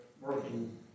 working